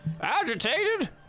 agitated